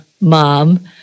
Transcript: mom